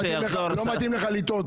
אלקין, לא מתאים לך לטעות.